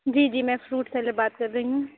جی جی میں fruit seller بات کر رہی ہوں